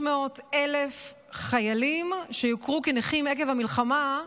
שמדברים על כ-12,500 חיילים שיוכרו כנכים עקב המלחמה,